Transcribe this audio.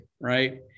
Right